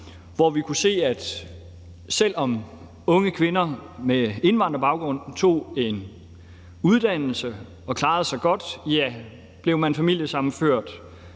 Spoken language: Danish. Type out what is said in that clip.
hvor vi kunne se, at selv om unge kvinder med indvandrerbaggrund tog en uddannelse og klarede sig godt, så var der, hvis de blev familiesammenført